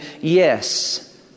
yes